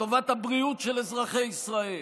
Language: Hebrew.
לטובת הבריאות של אזרחי ישראל.